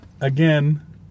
again